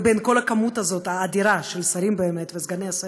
מכל המספר הזה, האדיר, של שרים וסגני שרים,